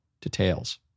details